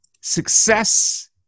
success